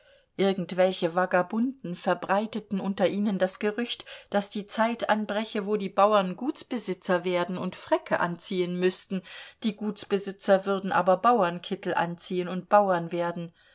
irgendwelche vagabunden verbreiteten unter ihnen das gerücht daß die zeit anbreche wo die bauern gutsbesitzer werden und fräcke anziehen müßten die gutsbesitzer würden aber bauernkittel anziehen und bauern werden